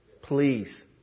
please